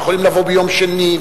הם יכולים לבוא ביום שני,